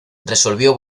resolvió